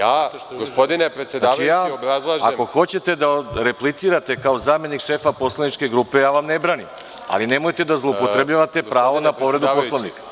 Ako hoćete da replicirate kao zamenik šefa poslaničke grupe, ja vam ne branim, ali nemojte da zloupotrebljavate pravo na povredu Poslovnika.